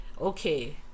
Okay